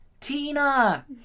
Tina